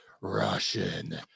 Russian